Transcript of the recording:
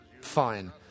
fine